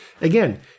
Again